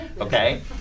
Okay